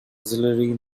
axillary